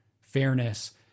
fairness